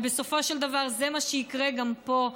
ובסופו של דבר זה מה שיקרה גם פה,